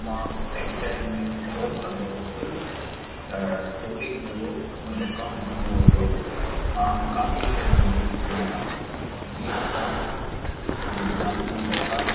मां टेक्स्टाइल में जॉब कंदो हुउसि त टूरिंग जो मुंंहिंजो कमु हूंदो हुओ मां काफ़ी शहर घुमी चुकियो आहियां जीअं त गुजरात टूर कयलु आहे